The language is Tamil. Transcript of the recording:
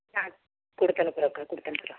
ஆ கொடுத்து அனுப்புறேன்க்கா கொடுத்து அனுப்பிடறேன்